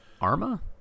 Arma